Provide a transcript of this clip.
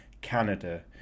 Canada